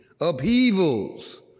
upheavals